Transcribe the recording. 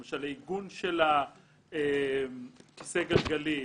למשל: העיגון של כיסא גלגלים,